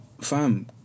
fam